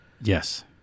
Yes